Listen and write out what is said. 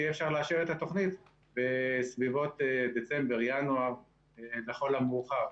אפשר יהיה לאשר את התוכנית בסביבות דצמבר-ינואר לכל המאוחר,